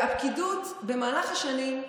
והפקידות במהלך השנים,